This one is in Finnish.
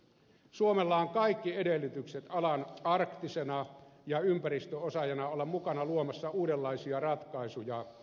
suomella on kaikki edellytykset olla alan arktisena ja ympäristöosaajana mukana luomassa uudenlaisia ratkaisuja pohjoiseen merenkulkuun